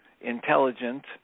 intelligent